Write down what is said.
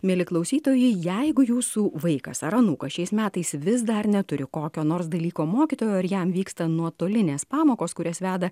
mieli klausytojai jeigu jūsų vaikas ar anūkas šiais metais vis dar neturi kokio nors dalyko mokytojo ir jam vyksta nuotolinės pamokos kurias veda